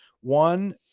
one